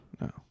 No